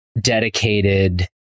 dedicated